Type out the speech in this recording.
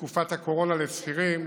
בתקופת הקורונה לשכירים,